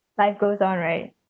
life goes on right